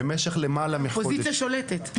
אופוזיציה שולטת.